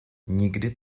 nikdy